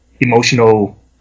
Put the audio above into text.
emotional